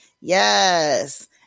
Yes